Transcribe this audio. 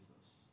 Jesus